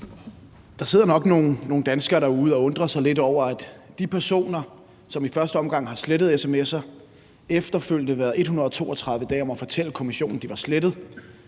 Der sidder nok nogle danskere derude og undrer sig lidt over, at det nu er de personer, som i første omgang har slettet sms'er – og efterfølgende har været 132 dage om at fortælle kommissionen, at de var slettet,